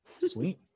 Sweet